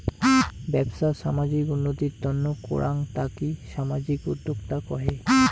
বেপছা সামাজিক উন্নতির তন্ন করাঙ তাকি সামাজিক উদ্যক্তা কহে